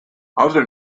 other